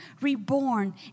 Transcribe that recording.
reborn